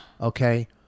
Okay